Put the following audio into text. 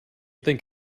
think